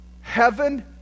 heaven